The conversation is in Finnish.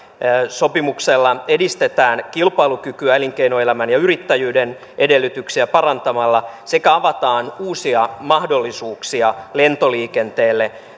sopimuksella edistetään kilpailukykyä elinkeinoelämän ja yrittäjyyden edellytyksiä parantamalla sekä avataan uusia mahdollisuuksia lentoliikenteelle